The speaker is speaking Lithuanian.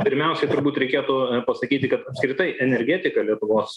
pirmiausiai turbūt reikėtų pasakyti kad apskritai energetika lietuvos